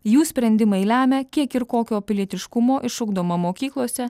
jų sprendimai lemia kiek ir kokio pilietiškumo išugdoma mokyklose